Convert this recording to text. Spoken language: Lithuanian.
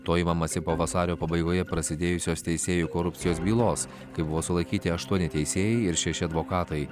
to imamasi po vasario pabaigoje prasidėjusios teisėjų korupcijos bylos kai buvo sulaikyti aštuoni teisėjai ir šeši advokatai